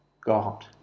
God